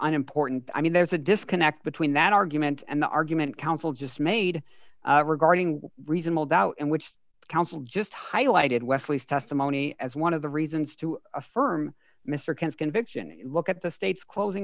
an important i mean there's a disconnect between that argument and the argument counsel just made regarding reasonable doubt and which counsel just highlighted wesley's testimony as one of the reasons to affirm mr conviction and look at the state's closing